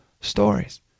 stories